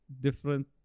different